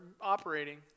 operating